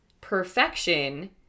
perfection